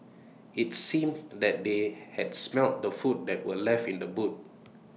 IT seemed that they had smelt the food that were left in the boot